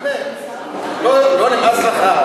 באמת, לא נמאס לך?